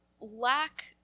lack